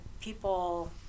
people